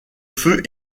feu